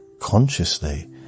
Consciously